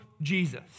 Jesus